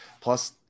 plus